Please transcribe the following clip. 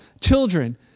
children